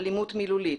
אלימות מילולית,